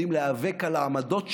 יודעים להיאבק על העמדות שלהם,